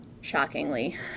shockingly